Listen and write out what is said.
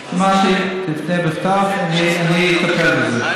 תפנה בכתב ואני אטפל בזה.